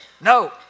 No